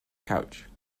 couch